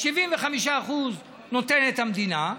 75% נותנת המדינה,